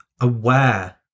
aware